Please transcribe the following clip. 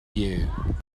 you